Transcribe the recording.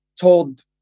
told